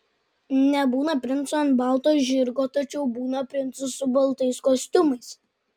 nebūna princų ant balto žirgo tačiau būna princų su baltais kostiumais